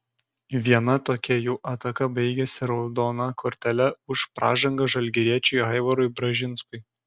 viena tokia jų ataka baigėsi raudona kortele už pražangą žalgiriečiui aivarui bražinskui